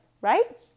right